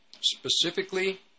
specifically